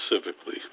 specifically